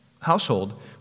household